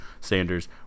sanders